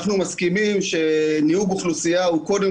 אנחנו מסכימים שההתייחסות לאוכלוסייה היא קודם